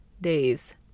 days